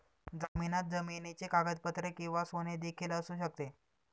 जामिनात जमिनीची कागदपत्रे किंवा सोने देखील असू शकते